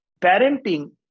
parenting